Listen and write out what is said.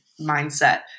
mindset